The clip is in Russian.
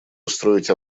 устроить